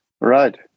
right